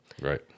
Right